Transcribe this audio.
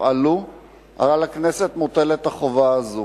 על הכנסת מוטלת החובה הזאת.